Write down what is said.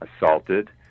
assaulted